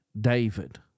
David